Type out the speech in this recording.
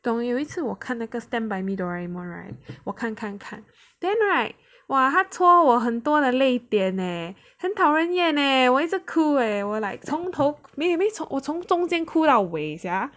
你懂有一次我看那个 stand by me Doraemon right 我看看看 then right !wah! 他托我很多的泪点 leh 很讨人厌 leh 我一直哭 leh 我 like 从头 maybe 我从中间哭到尾 sia